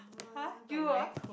!huh! you ah